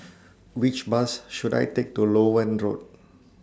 Which Bus should I Take to Loewen Road